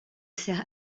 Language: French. sert